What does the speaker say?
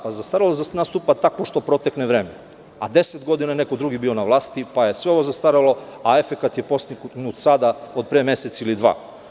Zastarelost nastupa tako što protekne vreme, a deset godina je neko drugi bio na vlasti, pa je sve ovo zastarelo, pa je efekat postignut sada od pre mesec ili dva.